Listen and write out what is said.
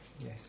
Yes